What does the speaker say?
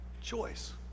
choice